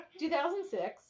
2006